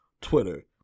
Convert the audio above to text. Twitter